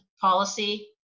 policy